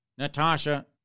Natasha